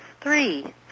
three